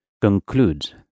concludes